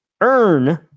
earn